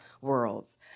worlds